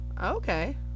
Okay